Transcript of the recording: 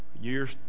years